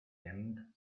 end